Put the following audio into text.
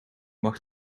mag